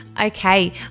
Okay